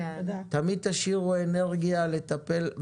תמיד תשאירו אנרגיה לטפל.